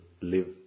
live